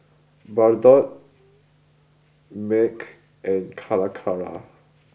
Bardot Mac and Calacara